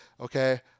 okay